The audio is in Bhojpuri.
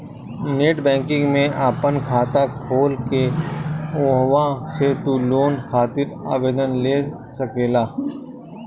नेट बैंकिंग में आपन खाता खोल के उहवा से तू लोन खातिर आवेदन दे सकेला